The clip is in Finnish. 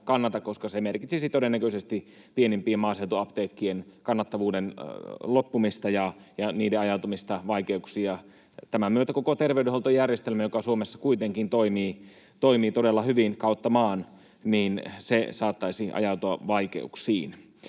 koska se merkitsisi todennäköisesti pienimpien maaseutuapteekkien kannattavuuden loppumista ja niiden ajautumista vaikeuksiin. Tämän myötä koko terveydenhuoltojärjestelmä, joka Suomessa kuitenkin toimii todella hyvin kautta maan, saattaisi ajautua vaikeuksiin.